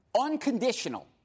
unconditional